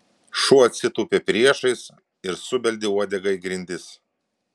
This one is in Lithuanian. šuo atsitūpė priešais ir subeldė uodega į grindis